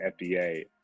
FDA